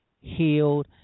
healed